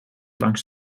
langs